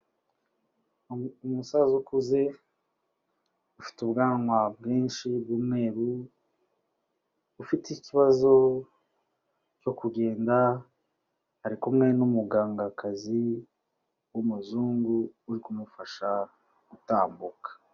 Umusaza ukuze, ufite ubwanwa bwinshi bw'umweru, ufite ikibazo cyo kugenda, ari kumwe n'umugangakazi w'umuzungu uri kumufasha gutambuka.